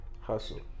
hustle